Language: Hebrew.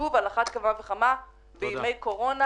שוב, על אחת כמה וכמה בימי קורונה.